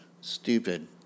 stupid